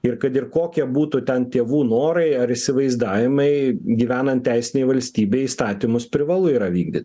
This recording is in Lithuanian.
ir kad ir kokia būtų ten tėvų norai ar įsivaizdavimai gyvenant teisinėj valstybėj įstatymus privalu yra vykdyt